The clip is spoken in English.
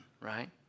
right